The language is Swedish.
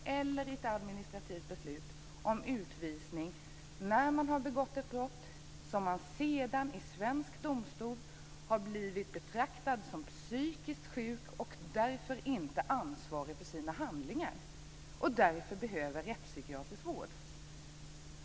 Man kan också genom ett administrativt beslut bli utvisad när man har begått ett brott och sedan i svensk domstol har blivit betraktad som psykiskt sjuk och därför inte ansvarig för sina handlingar och därför i behov av rättspsykiatrisk vård.